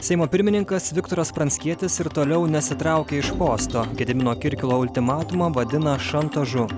seimo pirmininkas viktoras pranckietis ir toliau nesitraukia iš posto gedimino kirkilo ultimatumą vadina šantažu